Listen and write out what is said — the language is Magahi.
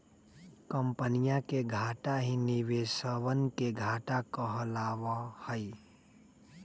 कम्पनीया के घाटा ही निवेशवन के घाटा कहलावा हई